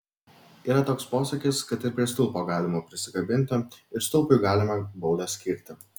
yra toks posakis kad ir prie stulpo galima prisikabinti ir stulpui galima baudą skirti